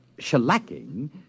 shellacking